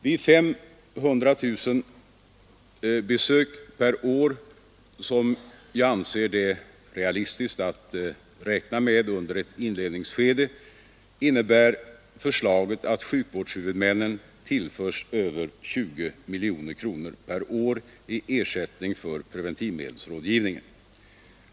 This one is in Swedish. Vid 500 000 besök per år, som jag anser det realistiskt att räkna med under ett inledningsskede, innebär förslaget att sjukvårdshuvudmännen tillförs över 20 miljoner kronor per år i ersättning för preventivmedelsrådgivningen.